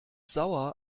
sauer